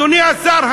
אדוני השר,